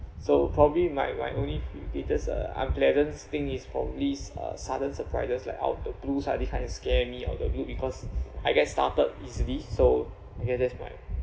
so probably my my only f~ fear's just a unpleasant thing is for me uh sudden surprises like out of the blues uh this kind of scare me out of the blue because I get startled easily so I guess that's my